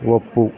ಒಪ್ಪು